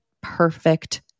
perfect